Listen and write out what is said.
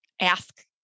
ask